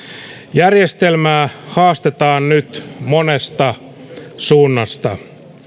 järjestelmää haastetaan nyt monesta suunnasta